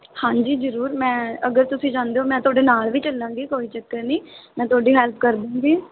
ਹਾਂਜੀ ਜ਼ਰੂਰ ਮੈਂ ਅਗਰ ਤੁਸੀਂ ਜਾਂਦੇ ਹੋ ਮੈਂ ਤੁਹਾਡੇ ਨਾਲ ਵੀ ਚੱਲਾਂਗੀ ਕੋਈ ਚੱਕਰ ਨਹੀਂ ਮੈਂ ਤੁਹਾਡੀ ਹੈਲਪ ਕਰ ਦੂੰਗੀ